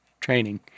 training